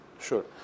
Sure